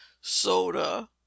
soda